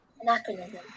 Anachronism